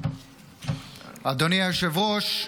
אדוני היושב-ראש,